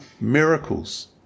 miracles